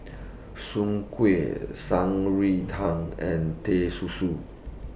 Soon Kuih Shan Rui Tang and Teh Susu